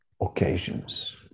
occasions